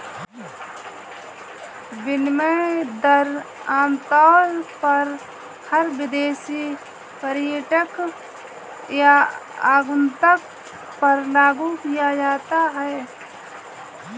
विनिमय दर आमतौर पर हर विदेशी पर्यटक या आगन्तुक पर लागू किया जाता है